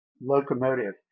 locomotive